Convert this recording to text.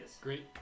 Great